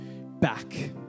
back